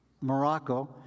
Morocco